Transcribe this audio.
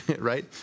right